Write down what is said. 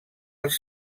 els